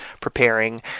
preparing